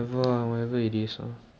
T_B_H I also I also don't know ah